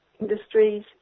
industries